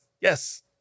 Yes